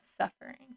suffering